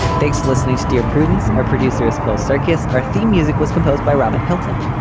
thanks listeners. dear prudence our producers phil circus. our theme music was composed by robin hilton.